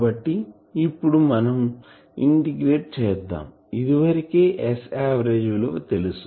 కాబట్టి ఇప్పుడు మనం ఇంటిగ్రేట్ చేద్దాము ఇదివరకే S ఆవరేజ్ విలువ తెలుసు